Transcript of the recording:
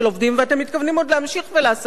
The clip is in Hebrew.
ואתם מתכוונים עוד להמשיך ולעשות את זה,